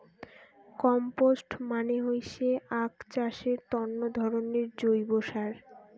compost মানে হইসে আক চাষের তন্ন ধরণের জৈব সার